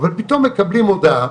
אבל פתאום מקבלים הודעה